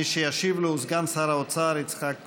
מי שישיב לו הוא סגן שר האוצר יצחק כהן.